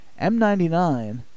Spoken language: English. M99